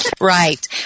Right